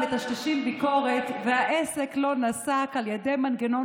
/ ומטשטשים ביקורת / והעסק לא נסק / על ידי המנגנון